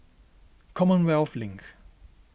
Commonwealth Link